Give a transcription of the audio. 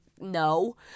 no